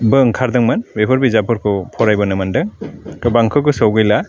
बो ओंखारदोंमोन बेफोर बिजाबफोरखौ फरायबोनो मोन्दों गोबांखौ गोसोआव गैला